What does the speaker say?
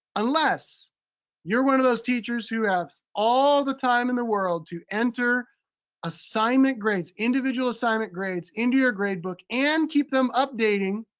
unless you're one of those teachers who have all the time in the world to enter assignment grades, individual assignment grades into your grade book and keep them updating